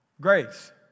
Grace